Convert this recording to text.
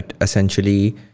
essentially